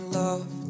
love